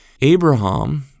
Abraham